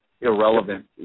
irrelevant